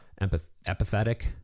empathetic